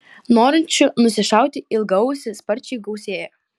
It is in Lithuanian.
norinčių nusišauti ilgaausį sparčiai gausėja